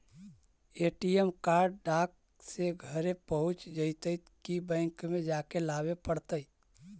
ATM card डाक से घरे पहुँच जईतै कि बैंक में जाके लाबे पड़तै?